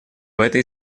этой